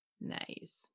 Nice